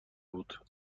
بود